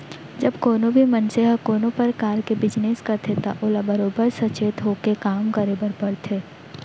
जब कोनों भी मनसे ह कोनों परकार के बिजनेस करथे त ओला बरोबर सचेत होके काम करे बर परथे